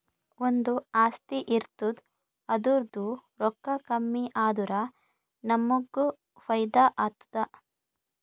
ಒಂದು ಆಸ್ತಿ ಇರ್ತುದ್ ಅದುರ್ದೂ ರೊಕ್ಕಾ ಕಮ್ಮಿ ಆದುರ ನಮ್ಮೂಗ್ ಫೈದಾ ಆತ್ತುದ